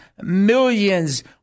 millions